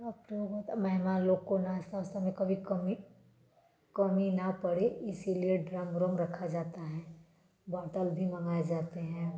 आप लोगों मेहमान लोग को नाश्ता वाश्ता में कभी कमी कमी ना पड़े इसीलिए ड्रम व्रम रखा जाता है बाटल भी मंगाए जाते हैं